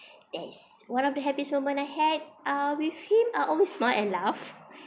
that's one of the happiest moment I had uh with him I'll always smile and laugh